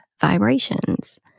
vibrations